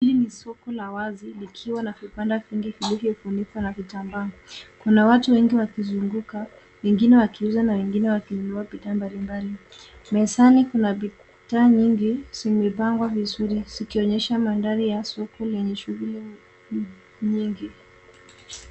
HIli ni soko la wazi likiwa na vibanda vingi vilivyofunikwa na vitambaa. Kuna watu wengi wakizunguka, wengine wakiuza na wengine wakinunua bidhaa mbalimbali. Mezani kuna bidhaa nyingi zimepangwa vizuri zikionyesha mandhari ya soko lenye shughuli nyingi .